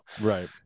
Right